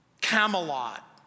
Camelot